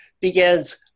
begins